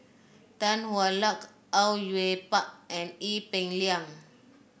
Tan Hwa Luck Au Yue Pak and Ee Peng Liang